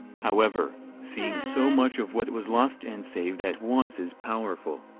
however, seeing so much of what was lost and saved at once is powerful.